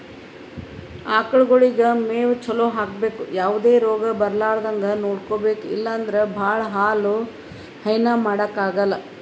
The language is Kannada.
ಆಕಳಗೊಳಿಗ್ ಮೇವ್ ಚಲೋ ಹಾಕ್ಬೇಕ್ ಯಾವದೇ ರೋಗ್ ಬರಲಾರದಂಗ್ ನೋಡ್ಕೊಬೆಕ್ ಇಲ್ಲಂದ್ರ ಭಾಳ ಹಾಲ್ ಹೈನಾ ಮಾಡಕ್ಕಾಗಲ್